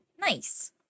Nice